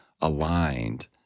aligned